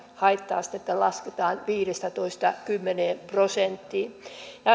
haitta astetta lasketaan viidestätoista kymmeneen prosenttiin